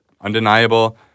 undeniable